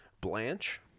Blanche